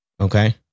Okay